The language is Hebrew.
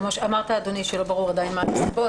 כפי שאמרת, אדוני, לא ברור עדיין מה הנסיבות.